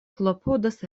klopodas